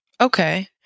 Okay